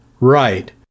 Right